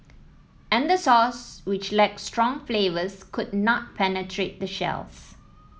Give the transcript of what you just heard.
and the sauce which lacked strong flavours could not penetrate the shells